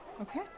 Okay